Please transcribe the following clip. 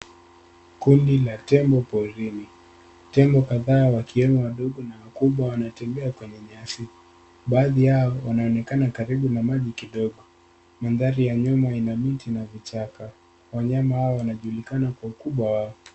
Kundi la tembo porini. Tembo kadhaa wakiwemo wadogo kw awakubwa wanatembea kwenye nyasi. Baadhi yao wanaonekana karibu na maji kidogo. Madhari ya nyuma yana miti na vichaka. Wanyama hawa wanajulikana kwa ukubwa wao.